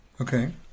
Okay